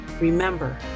Remember